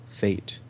fate